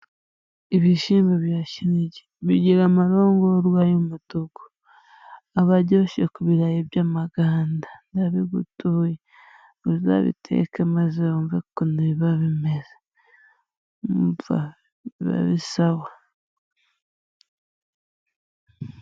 Ibishimbo bya Kinigi bigira amarongorwa y' umutuku. Aba ajyoshye ku ibirarayi by'amaganda ndabigutuye! Uzabiteke maze wumve ukuntu biba bimeze. Umva biba ari sawa.